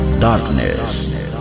Darkness